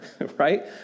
right